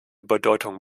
bedeutung